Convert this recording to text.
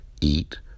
eat